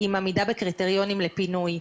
עם עמידה בקריטריונים לפינוי,